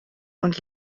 und